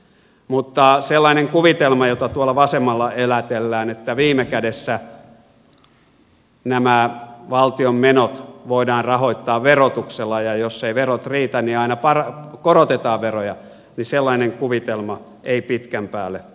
mutta sellainen kuvitelma ei pitkän päälle toimi jota tuolla vasemmalla elätellään että viime kädessä nämä valtion menot voidaan rahoittaa verotuksella ja jos eivät verot riitä niin korotetaan veroja sellainen kuvitelma ei pitkän päälle